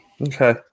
Okay